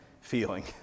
feeling